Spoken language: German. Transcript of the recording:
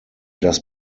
dass